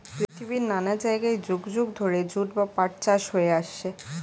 পৃথিবীর নানা জায়গায় যুগ যুগ ধরে জুট বা পাট চাষ হয়ে আসছে